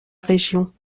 région